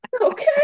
okay